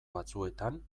batzuetan